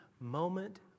moment